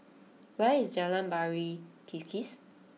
where is Jalan Pari Kikis